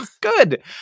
Good